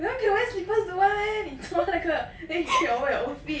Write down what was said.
that one can wear slippers do [one] meh 你穿那个 then you trip over your own feet